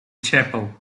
chapel